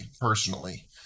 personally